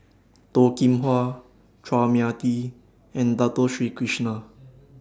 Toh Kim Hwa Chua Mia Tee and Dato Sri Krishna